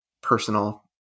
personal